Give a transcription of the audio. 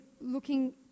looking